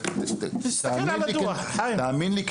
תאמין לי.